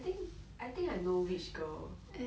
I think I think I know which girl